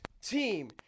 team